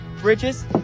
Bridges